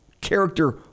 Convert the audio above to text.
character